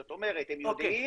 זאת אומרת הם יודעים